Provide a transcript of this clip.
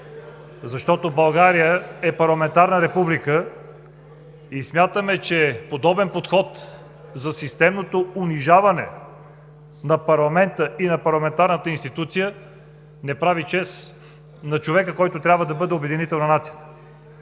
Защото България е парламентарна република и смятаме, че подобен подход за системното унижаване на парламента и на парламентарната институция не прави чест на човека, който трябва да бъде обединител на нацията.